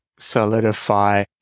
solidify